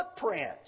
footprints